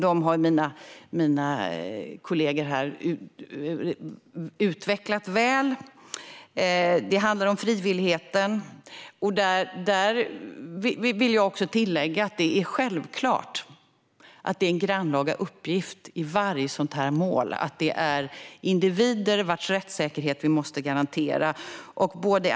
Dem har mina kollegor här utvecklat väl. Det handlar om frivillighet. Jag vill tillägga att det självklart är en grannlaga uppgift i varje sådant mål. Det är individer vars rättssäkerhet vi måste garantera.